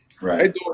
Right